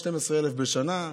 12,000 בשנה,